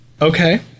Okay